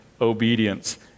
obedience